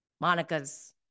Monica's